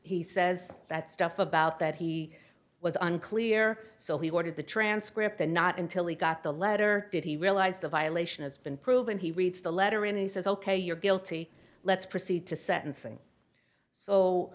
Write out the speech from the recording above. he says that stuff about that he was unclear so he ordered the transcript and not until he got the letter did he realize the violation has been proven he reads the letter and he says ok you're guilty let's proceed to sentencing so